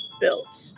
built